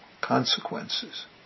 consequences